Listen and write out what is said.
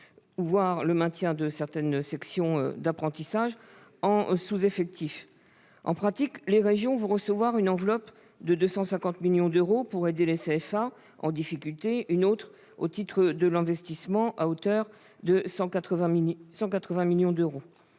voire le maintien de certaines sections d'apprentissage en sous-effectif. En pratique, les régions vont recevoir une enveloppe de 250 millions d'euros pour aider les CFA en difficulté, et une autre au titre de l'investissement à hauteur de 180 millions d'euros.